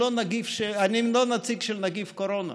אני לא נציג של נגיף הקורונה,